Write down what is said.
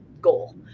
goal